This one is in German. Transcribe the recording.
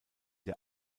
der